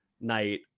night